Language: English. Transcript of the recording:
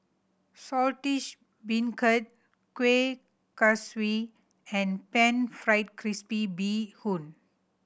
Saltish Beancurd Kuih Kaswi and Pan Fried Crispy Bee Hoon